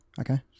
Okay